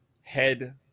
Head